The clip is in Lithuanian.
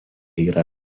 yra